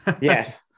yes